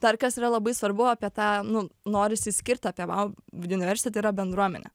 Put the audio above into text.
dar kas yra labai svarbu apie tą nu norisi išskirti apie vau universiti yra bendruomenė